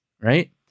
right